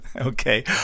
Okay